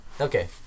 okay